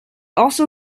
also